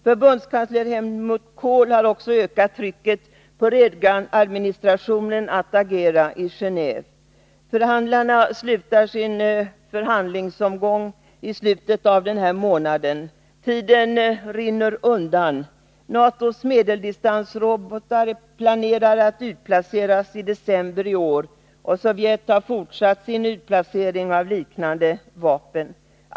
Förbundskansler Helmut Kohl har också ökat trycket på Reaganadministrationen att agera i Gen&ve. Förhandlarna slutar sin förhandlingsomgång i slutet av den här månaden. Tiden rinner undan. NATO planerar att utplacera sina medeldistansrobotar i december i år, och Sovjet har fortsatt sin utplacering av liknande vapen.